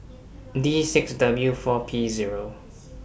D six W four P Zero